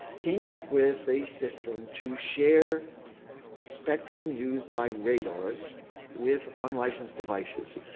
came up with a system to share spectrum used by radars with unlicensed devices.